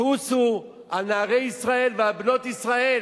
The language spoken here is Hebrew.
חוסו על נערי ישראל ועל בנות ישראל.